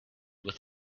with